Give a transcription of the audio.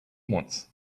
wants